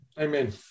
Amen